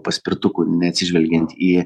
paspirtukų neatsižvelgiant į